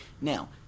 Now